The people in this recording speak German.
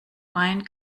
mein